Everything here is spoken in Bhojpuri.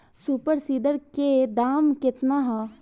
सुपर सीडर के दाम केतना ह?